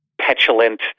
petulant